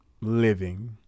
living